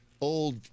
old